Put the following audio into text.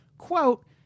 Quote